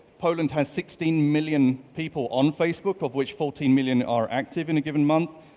poland has sixteen million people on facebook of which fourteen million are active in a given month,